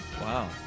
Wow